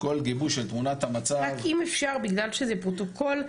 כל גיבוש של תמונת המצב --- רק אם אפשר בגלל שזה פרוטוקול,